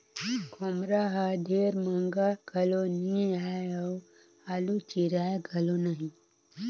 खोम्हरा हर ढेर महगा घलो नी आए अउ हालु चिराए घलो नही